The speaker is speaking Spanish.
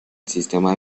sistema